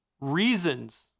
reasons